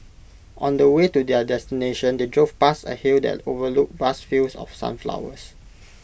on the way to their destination they drove past A hill that overlooked vast fields of sunflowers